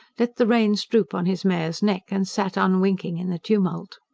let the reins droop on his mare's neck and sat unwinking in the tumult.